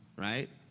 right?